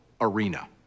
arena